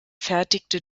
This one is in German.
fertigte